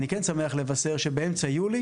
אני כן שמח לבשר שבאמצע יולי,